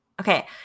okay